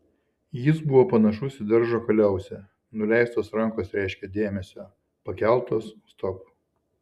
jis buvo panašus į daržo kaliausę nuleistos rankos reiškė dėmesio pakeltos stop